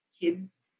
kids